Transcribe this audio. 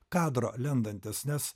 kadro lendantis nes